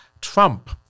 Trump